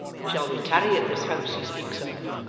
shall we tarry at this house he speaks of,